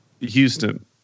Houston